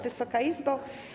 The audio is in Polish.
Wysoka Izbo!